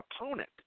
opponent